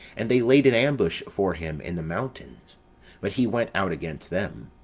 and they laid an ambush for him in the mountains but he went out against them.